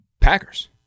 Packers